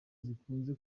zikunzwe